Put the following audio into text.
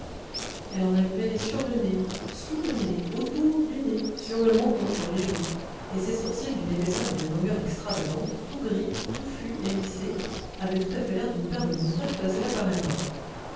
elle en avait sur le nez sous le nez autour du nez sur le menton sur les joues et ses sourcils d'une épaisseur et d'une longueur extravagantes tout gris touffus hérissés avaient tout à fait l'air d'une paire de moustaches placées là par erreur